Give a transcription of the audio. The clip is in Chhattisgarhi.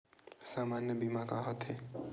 सामान्य बीमा का होथे?